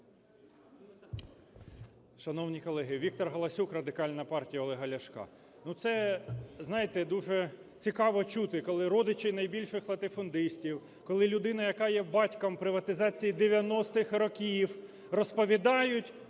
Шановні колеги! Віктор Галасюк, Радикальна партія Олега Ляшка. Ну, це, знаєте, дуже цікаво чути, коли родичі найбільших латифундистів, коли людина, яка є батьком приватизації 90-х років, розповідають,